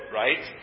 right